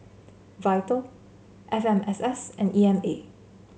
Vital F M S S and E M A